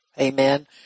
Amen